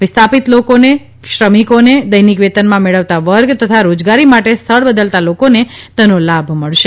વિસ્થાપિત લોકોને ક્ષમિકો દૈનિક વેતન મેળવતા વર્ગ તથા રોજગારી માટે સ્થળ બદલતા લોકોને તેનો લાભ મળશે